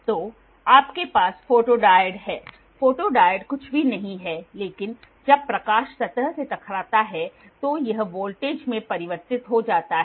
तो आपके पास फोटोडायोड है फोटोडायोड कुछ भी नहीं है लेकिन जब प्रकाश सतह से टकराता है तो वह वोल्टेज में परिवर्तित हो जाता है